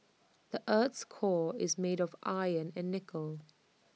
the Earth's core is made of iron and nickel